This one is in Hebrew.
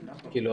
כאילו,